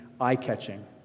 eye-catching